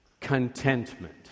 contentment